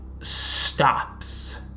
stops